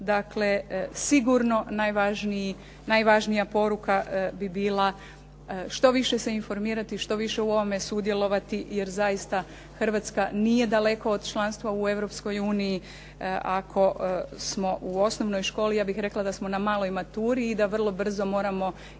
Dakle, sigurno najvažnija poruka bi bila što više se informirati, što više u ovome sudjelovati jer zaista Hrvatska nije daleko od članstva u Europskoj uniji ako smo u osnovnoj školi, ja bih rekla da smo na maloj maturi i da vrlo brzo moramo jednim